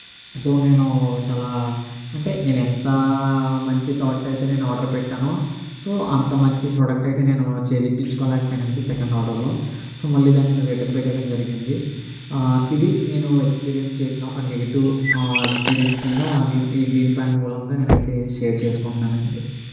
so నేను చాలా అంటే నేను ఎంతా మంచి థాట్ అయితే నేను ఆర్డర్ పెట్టానో సో అంత మంచి ప్రాడక్ట్ అయితే నేను చేజికిచ్చుకోలేకపోయాను అండి సెకండ్ ఆర్డర్లో సో మళ్ళీ దాన్ని రిటర్న్ పెట్టేయడం జరిగింది ఇది నేను ఎక్స్పీరియన్స్ చేసిన ఒక నెగిటివ్ ఎక్స్పీరియన్స్ కింద నేను ఈ జీన్ పాంట్ మూలంగా నేను అయితే షేర్ చేసుకుంటున్నాను అండి